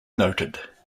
noted